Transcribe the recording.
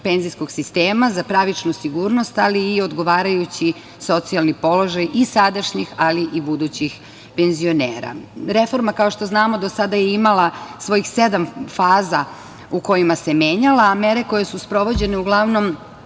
penzijskog sistema, za pravičnu sigurnost, ali i odgovarajući socijalni položaj i sadašnjih i budućih penzionera. Reforma, kao što znamo, do sada je imala svojih sedam faza u kojima se menjala, a mere koje su sprovođene uglavnom